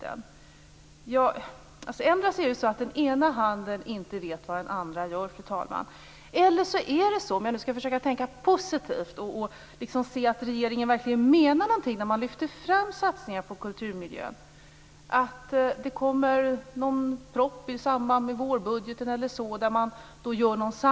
Endera är det så att den ena handen inte vet vad den andra gör, fru talman, eller också kommer det en proposition i samband med vårbudgeten eller så där regeringen gör en samlad insats och lägger fram ett förslag där natur och kulturmiljön prioriteras också när det gäller kronor och ören.